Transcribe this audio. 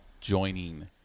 joining